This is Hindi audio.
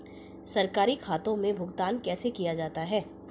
सरकारी खातों में भुगतान कैसे किया जाता है?